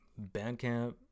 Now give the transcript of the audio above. Bandcamp